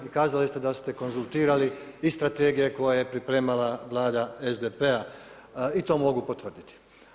I kazali ste da ste konzultirali i strategije koje je pripremala Vlada SDP-a i to mogu potvrditi.